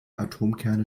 atomkerne